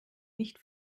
nicht